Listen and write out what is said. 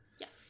Yes